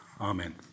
amen